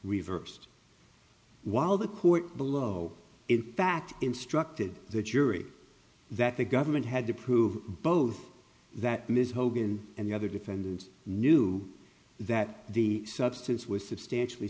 reversed while the court below in fact instructed the jury that the government had to prove both that ms hogan and the other defendant knew that the substance was substantially